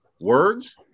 words